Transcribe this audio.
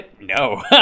no